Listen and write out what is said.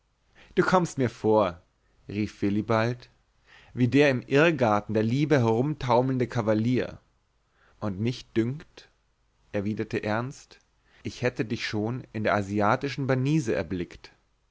du kommst mir vor rief willibald wie der im irrgarten der liebe herumtaumelnde kavalier und mich dünkt erwiderte ernst ich hätte dich schon in der asiatischen banise erblickt